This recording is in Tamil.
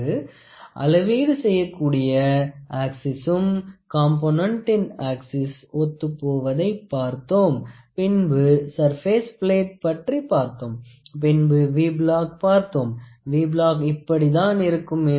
பின்பு அளவீடு செய்யக்கூடிய ஆக்சிசும் காம்பொனன்ட்டின் ஆக்ஸிஸ் ஒத்துப்போவதை பார்த்தோம் பின்பு சர்பெஸ் பிளேட் பற்றி பார்த்தோம் பின்பு வி பிளாக் பார்த்தோம் வி பிளாக் இப்படி தான் இருக்கும்